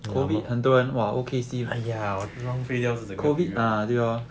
!wah! !aiya! 浪费掉